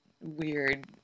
weird